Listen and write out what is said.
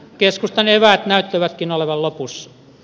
keskustan eväät näyttävätkin olevan lopussa